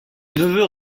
neveu